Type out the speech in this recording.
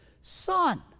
Son